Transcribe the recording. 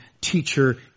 teacher